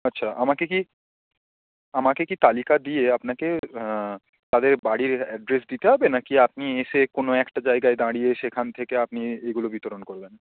আচ্ছা আমাকে কি আমাকে কি তালিকা দিয়ে আপনাকে তাদের বাড়ির অ্যাড্রেস দিতে হবে না কি আপনি এসে কোনো একটা জায়গায় দাঁড়িয়ে সেখান থেকে আপনি এগুলো বিতরণ করবেন